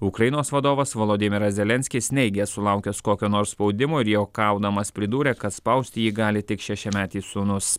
ukrainos vadovas volodymyras zelenskis neigia sulaukęs kokio nors spaudimo ir juokaudamas pridūrė kad spausti jį gali tik šešiametis sūnus